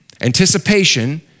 Anticipation